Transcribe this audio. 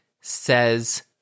says